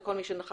אל כל מי שנכח.